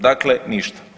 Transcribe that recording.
Dakle, ništa.